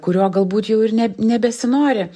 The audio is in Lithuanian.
kurio galbūt jau ir ne nebesinori